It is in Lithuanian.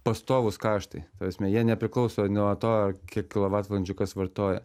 pastovūs kaštai ta prasme jie nepriklauso nuo to kiek kilovatvalandžių kas vartoja